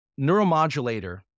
neuromodulator